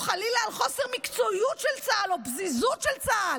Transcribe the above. או חלילה על חוסר מקצועיות של צה"ל או על פזיזות של צה"ל.